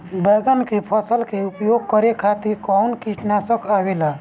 बैंगन के फसल में उपयोग करे खातिर कउन कीटनाशक आवेला?